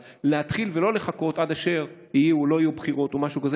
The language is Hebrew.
אבל צריך להתחיל ולא לחכות עד אשר יהיו או לא יהיו בחירות או משהו כזה.